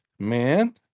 man